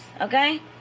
Okay